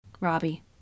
robbie